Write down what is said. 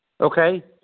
Okay